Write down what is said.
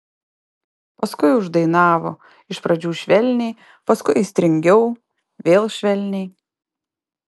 paskui uždainavo iš pradžių švelniai paskui aistringiau vėl švelniai